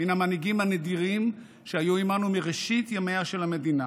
מן המנהיגים הנדירים שהיו עימנו מראשית ימיה של המדינה,